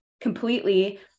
completely